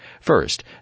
First